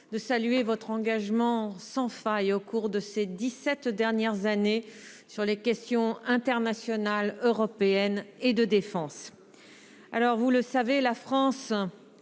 de saluer votre engagement sans faille, au cours de ces dix-sept dernières années, sur les questions internationales, européennes et de défense. Vous le savez, la France